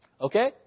Okay